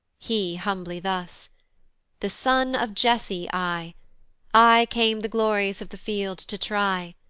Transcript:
he humbly thus the son of jesse i i came the glories of the field to try.